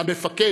המפקד.